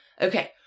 Okay